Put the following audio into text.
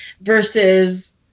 versus